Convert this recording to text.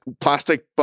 plastic